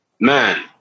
Man